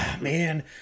Man